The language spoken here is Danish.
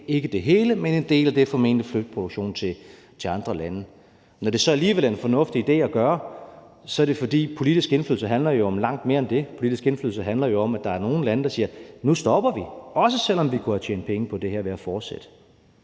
ikke det hele, men en del af det, formentlig flytte produktionen til andre lande. Når det så alligevel er en fornuftig idé, er det, fordi politisk indflydelse jo handler om langt mere end det. Politisk indflydelse handler om, at der er nogen lande, der siger: Nu stopper vi, også selv om vi kunne have tjent penge på det her ved at fortsætte.